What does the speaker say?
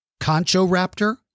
Conchoraptor